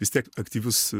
vis tiek aktyvus